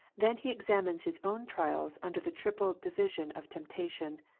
then he examines his own trials under the triple division of temptation,